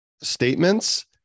statements